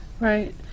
Right